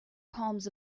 palms